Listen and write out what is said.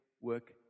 work